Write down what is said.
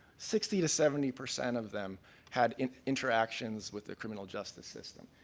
sixty to seventy percent of them had interactions with the criminal justice system.